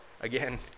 again